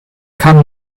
kam